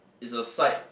it's a side